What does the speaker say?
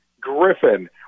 Griffin